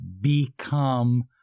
become